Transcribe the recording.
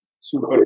Super